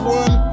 one